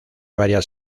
varias